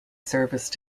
service